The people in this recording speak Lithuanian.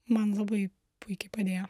man labai puikiai padėjo